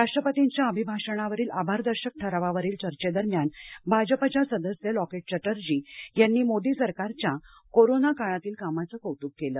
राष्ट्रपतींच्या अभिभाषणावरील आभारदर्शक ठरावावरील चर्चेदरम्यान भाजपच्या सदस्य लॉकेट चटर्जी यांनी मोदी सरकारच्या कोरोना काळातील कामाचं कौतुक केलं